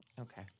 Okay